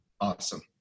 Awesome